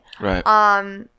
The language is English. Right